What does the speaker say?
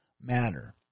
matter